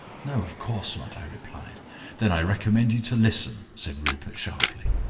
no, of course not, i replied then i recommend you to listen, said rupert sharply.